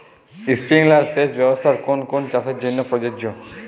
Sprinkler সেচ ব্যবস্থার কোন কোন চাষের জন্য প্রযোজ্য?